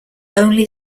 only